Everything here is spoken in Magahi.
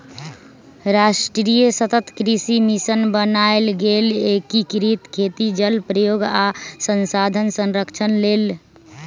राष्ट्रीय सतत कृषि मिशन बनाएल गेल एकीकृत खेती जल प्रयोग आ संसाधन संरक्षण लेल